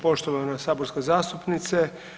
Poštovana saborska zastupnice.